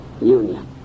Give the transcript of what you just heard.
union